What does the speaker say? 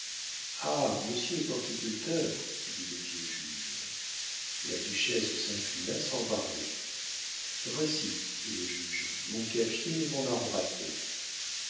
ah monsieur est horticulteur dit le vieux juge la duchesse s'inclina sans parler voici dit le juge mon cafier et mon arbre